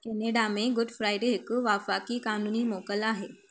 Canada में Good Friday हिकु वफ़ाकी क़ानूनी मोकल आहे